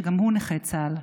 שגם הוא נכה צה"ל,